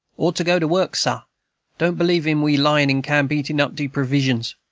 ought to go to work, sa don't believe in we lyin' in camp eatin' up de perwisions.